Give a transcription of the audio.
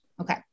Okay